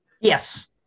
Yes